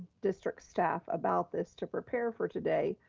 district staff about this, to prepare for today,